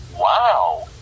Wow